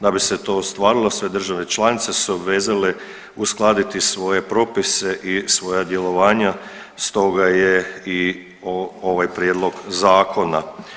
Da bi se to ostvarilo sve države članice su se obvezale uskladiti svoje propise i svoja djelovanja, stoga je i ovaj prijedlog zakona.